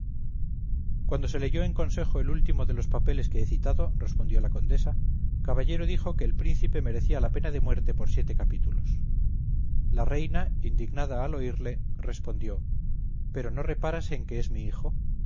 cuando se leyó en consejo el último de los papeles que he citado respondió la condesa caballero dijo que el príncipe merecía la pena de muerte por siete capítulos la reina indignada al oírle respondió pero no reparas que es mi hijo